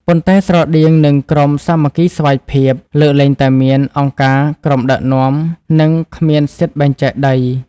ប៉ុន្តែស្រដៀងនឹងក្រុមសាមគ្គីស្វ័យភាព លើកលែងតែមានអង្គការក្រុមដឹកនាំ និងគ្មានសិទ្ធិបែងចែកដី។